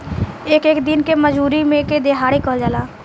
एक एक दिन के मजूरी के देहाड़ी कहल जाला